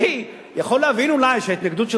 אני יכול להבין אולי שההתנגדות של